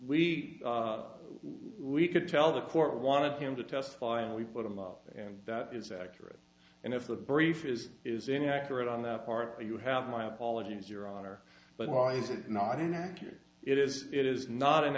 we we could tell the court wanted him to testify and we put him out and that is accurate and if the brief is is inaccurate on the part you have my apologies your honor but why is it not inaccurate it is it is not